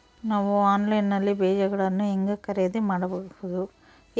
ನಾವು ಆನ್ಲೈನ್ ನಲ್ಲಿ ಬೇಜಗಳನ್ನು ಹೆಂಗ ಖರೇದಿ ಮಾಡಬಹುದು?